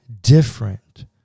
different